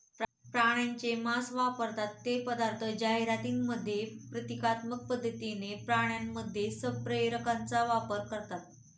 प्राण्यांचे मांस वापरतात ते पदार्थ जाहिरातींमध्ये प्रतिकात्मक पद्धतीने प्राण्यांमध्ये संप्रेरकांचा वापर करतात